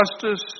justice